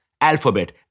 Alphabet